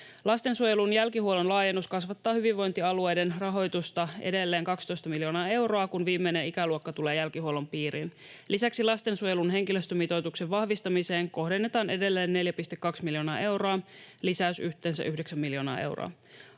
Lastensuojelun jälkihuollon laajennus kasvattaa hyvinvointialueiden rahoitusta edelleen 12 miljoonaa euroa, kun viimeinen ikäluokka tulee jälkihuollon piiriin. Lisäksi lastensuojelun henkilöstömitoituksen vahvistamiseen kohdennetaan edelleen 4,2 miljoonaa euroa, lisäys yhteensä 9 miljoonaa euroa.